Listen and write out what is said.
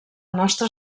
nostra